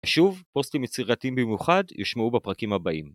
שוב, פוסטים יצירתיים במיוחד ישמעו בפרקים הבאים.